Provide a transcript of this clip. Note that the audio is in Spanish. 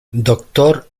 doctor